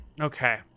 okay